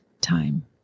time